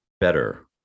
better